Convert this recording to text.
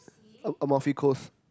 oh close